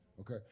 okay